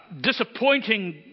disappointing